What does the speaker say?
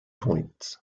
points